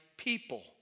people